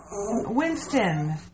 Winston